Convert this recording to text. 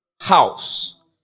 house